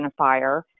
identifier